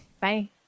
Bye